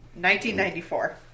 1994